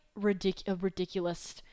ridiculous